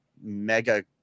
mega